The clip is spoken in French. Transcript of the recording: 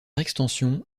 extension